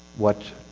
what